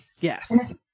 Yes